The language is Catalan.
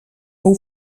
fou